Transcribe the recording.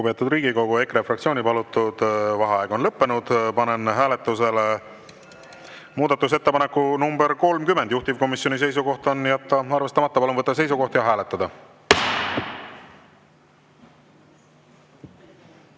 Lugupeetud Riigikogu! EKRE fraktsiooni palutud vaheaeg on lõppenud. Panen hääletusele muudatusettepaneku nr 30, juhtivkomisjoni seisukoht on jätta arvestamata. Palun võtta seisukoht ja hääletada!